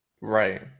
Right